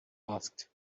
asked